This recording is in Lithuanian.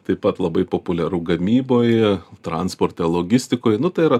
taip pat labai populiaru gamyboj transporte logistikoj nu tai yra